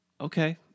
Okay